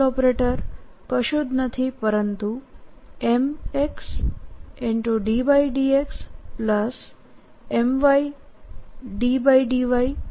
operator કશું જ નથીપરંતુ mx∂xmy∂ymz∂z છે